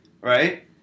Right